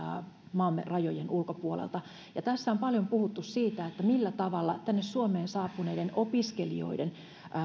maamme rajojen ulkopuolelta tässä on paljon puhuttu siitä millä tavalla suomeen saapuneiden opiskelijoiden